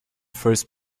first